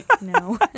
no